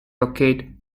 locate